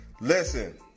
listen